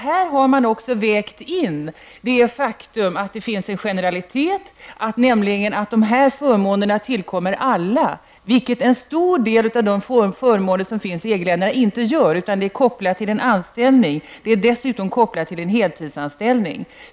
Här har man också vägt in det faktum att de här förmånerna tillkommer alla, vilket en stor del av de förmåner som finns i EG-länderna inte gör; de är kopplade till en anställning, dessutom till en heltidsanställning.